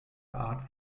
art